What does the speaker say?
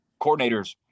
coordinators